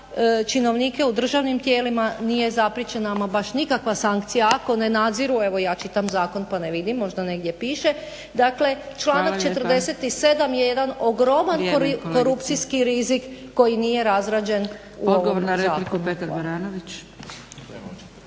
činovnike u državnim tijelima nije zapriječena ama baš nikakva sankcija ako ne nadziru, evo ja čitam zakon pa ne vidim možda negdje piše, dakle članak 47. je jedan ogroman korupcijski rizik koji nije razrađen u ovom zakonu.